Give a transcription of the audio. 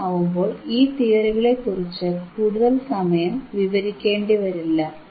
അങ്ങനെയാവുമ്പോൾ ഈ തിയറികളെക്കുറിച്ച് കൂടുതൽ സമയം വിവരിക്കേണ്ടിവരില്ല